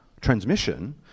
transmission